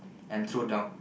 and threw down